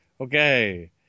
okay